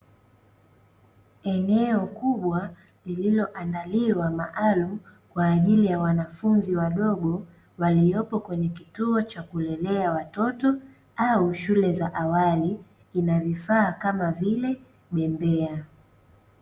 Eneo kubwa lililoandaliwa maalumu kwa ajili ya wanafunzi wadogo waliopo kwenye kituo cha kulelea watoto au shule za awali, kuna vifaa kama vile bembea.